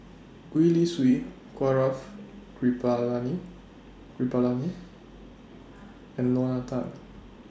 Gwee Li Sui Gaurav Kripalani Kripalani and Lorna Tan